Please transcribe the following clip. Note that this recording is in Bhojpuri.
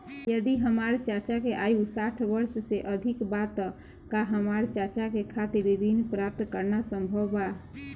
यदि हमार चाचा के आयु साठ वर्ष से अधिक बा त का हमार चाचा के खातिर ऋण प्राप्त करना संभव बा?